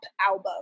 album